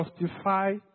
justify